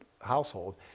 household